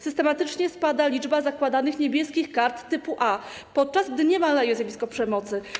Systematycznie spada liczba zakładanych „Niebieskich kart” typu A, podczas gdy nie maleje zjawisko przemocy.